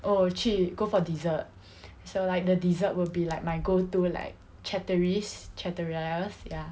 oh 去 go for dessert so like the dessert will be like my go to like chateraise chateraise ya